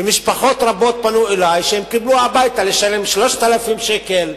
ומשפחות רבות פנו אלי שהן קיבלו הביתה הוראה לשלם 3,000 שקל,